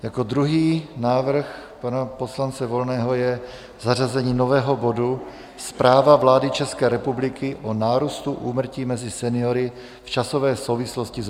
Jako druhý návrh pana poslance Volného je zařazení nového bodu Zpráva vlády České republiky o nárůstu úmrtí mezi seniory v časové souvislosti s vakcinací.